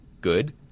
good